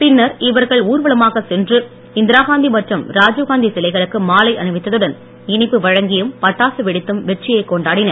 பின்னர் இவர்கள் ஊர்வலமாக சென்று இந்திராகாந்தி மற்றும் ராஜீவ்காந்தி சிலைகளுக்கு மாலை அணிவித்ததுடன் இனிப்பு வழங்கியும் பட்டாசு வெடித்தும் வெற்றியை கொண்டாடினர்